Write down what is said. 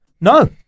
no